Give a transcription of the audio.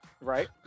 Right